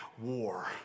war